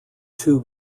two